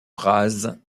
rase